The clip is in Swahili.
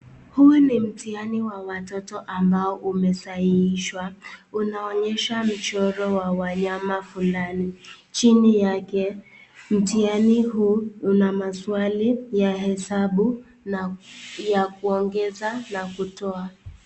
Huu ni mtihani wa watoto ambao umesahihishwa ,unaonyesha michoro wa wanyama fulani, chini yake, mtihani huu una maswali ya hesabu ya kuongeza na kutoa.